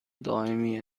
دائمی